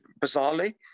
bizarrely